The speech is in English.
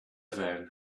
then